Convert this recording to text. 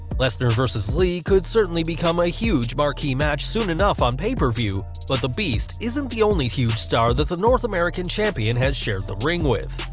lesnar vs. lee could certainly become a huge marquee match soon enough on pay per view, but the beast isn't the only huge star that the north american champion has shared the ring with.